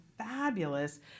fabulous